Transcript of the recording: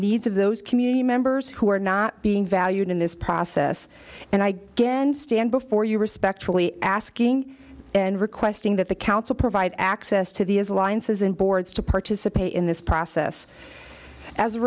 needs of those community members who are not being valued in this process and i again stand before you respectfully asking and requesting that the council provide access to the as alliances and boards to participate in this process as a